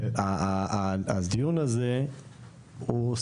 הדיון הזה הוא,